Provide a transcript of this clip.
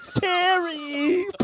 Terry